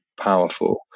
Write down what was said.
powerful